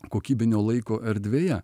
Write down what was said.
kokybinio laiko erdvėje